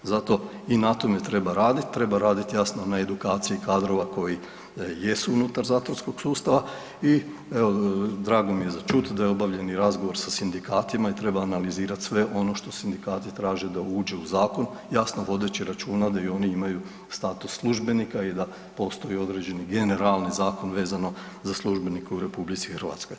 Zato i na tome treba raditi, treba raditi jasno na edukciji kadrova koji jesu unutar zatvorskog sustava i drago mi je za čut da je obavljen i razgovor sa sindikatima i treba analizirat sve ono što sindikati traže da uđe u zakon, jasno vodeći računa da i oni imaju status službenika i da postoji određeni generalni zakon vezano za službenike u RH.